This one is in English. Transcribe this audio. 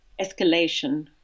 escalation